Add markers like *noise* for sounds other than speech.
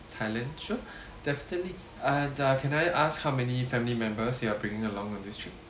thailand sure *breath* definitely uh uh can I ask how many family members you are bringing along on this trip